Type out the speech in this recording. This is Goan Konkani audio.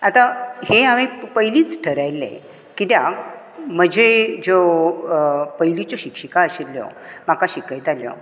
आता हें हांवे पयलींच थारयल्ले कित्याक म्हजे ज्यो पयलींच्यो शिक्षिका आशिल्ल्यो म्हाका शिकयताल्यो